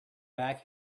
back